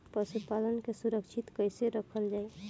पशुपालन के सुरक्षित कैसे रखल जाई?